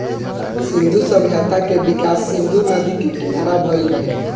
सिंधु सभ्यता के विकास सिंधु नदी के किनारा भईल रहे